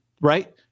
right